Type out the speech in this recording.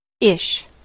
Ish